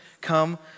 come